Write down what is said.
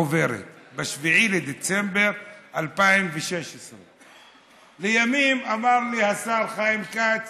עוברת ב-7 בדצמבר 2016. לימים אמר לי השר חיים כץ